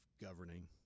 governing